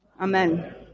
Amen